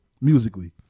musically